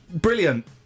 brilliant